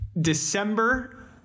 December